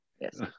Yes